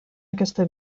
aquesta